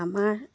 আমাৰ